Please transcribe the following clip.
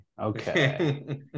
Okay